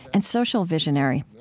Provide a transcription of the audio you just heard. and social visionary.